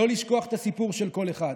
לא לשכוח את הסיפור של כל אחד,